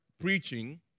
preaching